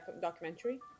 documentary